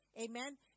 Amen